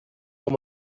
dans